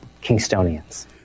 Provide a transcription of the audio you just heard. kingstonians